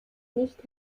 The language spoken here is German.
nicht